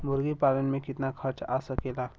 मुर्गी पालन में कितना खर्च आ सकेला?